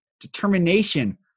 determination